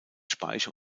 speiche